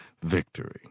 victory